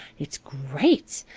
it's great!